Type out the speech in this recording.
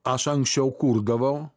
aš anksčiau kurdavau